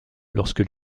lorsque